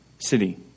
city